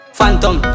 Phantom